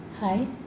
Hi